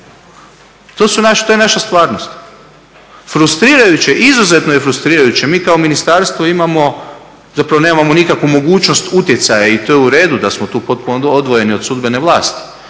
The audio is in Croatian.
To je naša stvarnost. Frustrirajuće, izuzetno je frustrirajuće. Mi kao ministarstvo imamo, zapravo nemamo nikakvu mogućnost utjecaja i to je u redu da smo tu potpuno odvojeni od sudbene vlasti.